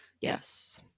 Yes